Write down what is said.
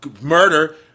murder